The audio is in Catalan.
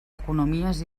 economies